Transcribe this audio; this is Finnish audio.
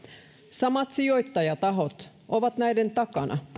samat sijoittajatahot ovat näiden takana